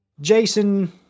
Jason